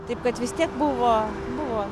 taip kad vis tiek buvo buvo